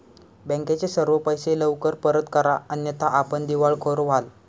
बँकेचे सर्व पैसे लवकर परत करा अन्यथा आपण दिवाळखोर व्हाल